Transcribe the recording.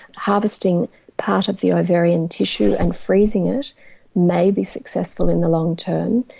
harvesting part of the ovarian tissue and freezing it may be successful in the long term.